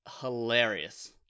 hilarious